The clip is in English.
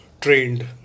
trained